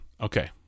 Okay